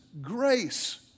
grace